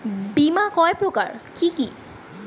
বীমা কয় প্রকার কি কি?